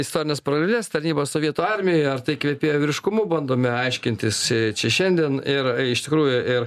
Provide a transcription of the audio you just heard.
istorines paraleles tarnyba sovietų armijoje ar tai kvepėjo vyriškumu bandome aiškintis čia šiandien ir iš tikrųjų ir